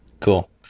Cool